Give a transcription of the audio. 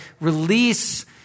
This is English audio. release